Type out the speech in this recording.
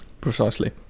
precisely